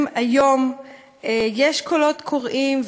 בעצם היום יש קולות קוראים,